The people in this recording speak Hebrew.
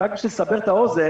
רק בשביל לסבר את אוזן: